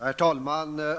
Herr talman!